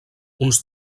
uns